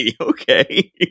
Okay